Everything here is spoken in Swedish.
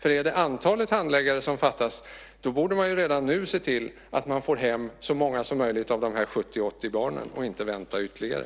Är det antalet handläggare som är för litet borde man redan nu se till att man får hem så många som möjligt av dessa 70-80 barn och inte vänta ytterligare.